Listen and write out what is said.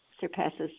surpasses